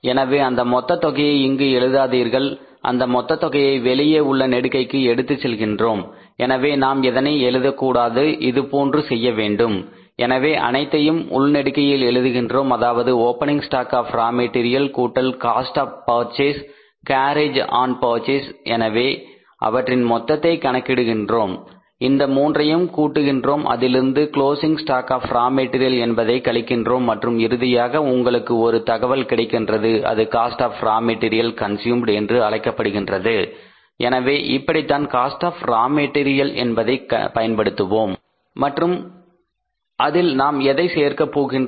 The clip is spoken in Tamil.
எனவே அந்த மொத்த தொகையை இங்கே எழுதாதீர்கள் அந்த மொத்த தொகையை வெளியே உள்ள நெடுக்கைக்கு எடுத்துச் செல்கின்றோம் எனவே நாம் இதனை எழுதக்கூடாது இதுபோன்று செய்ய வேண்டும் எனவே அனைத்தையும் உள்நெடுகையில் எழுதுகின்றோம் அதாவது opening stock of raw material கூட்டல் cost of purchase carriage on purchase எனவே அவற்றின் மொத்தத்தை கணக்கிடுகிறோம் இந்த மூன்றையும் கூட்டுகின்றோம் அதிலிருந்து closing stock of raw material என்பதை கழிகின்றோம் மற்றும் இறுதியாக உங்களுக்கு ஒரு தகவல் கிடைக்கின்றது அது cost of raw material consumed என்று அழைக்கப்படுகின்றது எனவே இப்படித்தான் காஸ்ட் ஆப் ரா மெட்டீரியல் என்பதை பயன்படுத்துவோம் மற்றும் அதில் நாம் எதை சேர்க்க போகின்றோம்